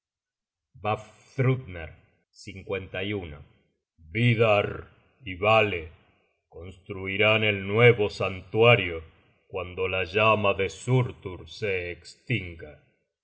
estinga vafthrudner vidarr y vale construirán el nuevo santuario cuando la llama de surtur se estinga